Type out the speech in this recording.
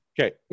Okay